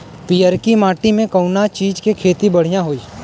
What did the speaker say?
पियरकी माटी मे कउना चीज़ के खेती बढ़ियां होई?